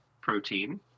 protein